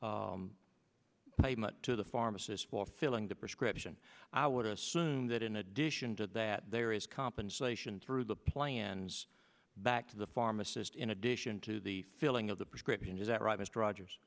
payment to the pharmacist for filling the prescription i would assume that in addition to that there is compensation through the plans back to the pharmacist in addition to the filling of the prescription is that right mr rogers